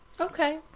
Okay